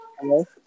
Hello